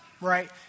right